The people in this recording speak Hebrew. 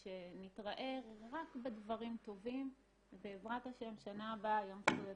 ושנתראה רק בדברים טובים ובעזרת השם שנה הבאה ביום זכויות הילד.